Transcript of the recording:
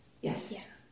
Yes